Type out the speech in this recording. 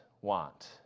want